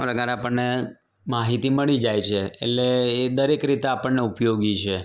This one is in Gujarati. પ્રકારે આપણને માહિતી મળી જાય છે એટલે એ દરેક રીતે આપણને ઉપયોગી છે